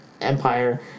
Empire